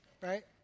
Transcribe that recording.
Right